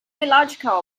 illogical